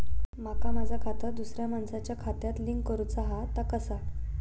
माका माझा खाता दुसऱ्या मानसाच्या खात्याक लिंक करूचा हा ता कसा?